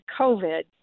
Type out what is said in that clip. COVID